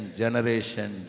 generation